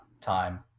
time